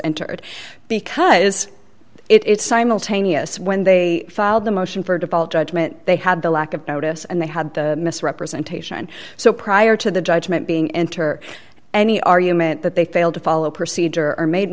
entered because it's simultaneous when they filed the motion for a default judgment they had the lack of notice and they had the misrepresentation so prior to the judgment being enter any argument that they failed to follow procedure or made